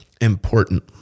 important